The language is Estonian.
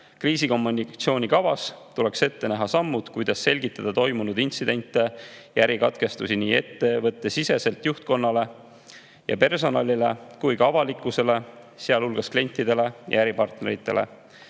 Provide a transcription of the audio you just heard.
Kriisikommunikatsioonikavas tuleks ette näha sammud, kuidas selgitada toimunud intsidente ja ärikatkestusi nii ettevõttesiseselt juhtkonnale ja personalile kui ka avalikkusele, sealhulgas klientidele ja äripartneritele.